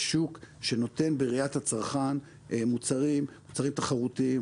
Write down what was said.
שוק שנותן בראיית הצרכן מוצרים תחרותיים,